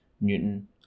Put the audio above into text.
Newton